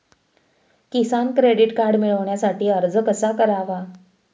किसान credit card मिळवण्यासाठी अर्ज कसा करावा?